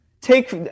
take